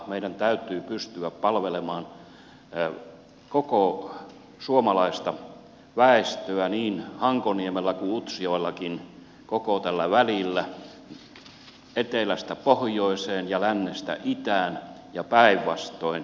meidän täytyy pystyä palvelemaan koko suomalaista väestöä niin hankoniemellä kuin utsjoellakin koko tällä välillä etelästä pohjoiseen ja lännestä itään ja päinvastoin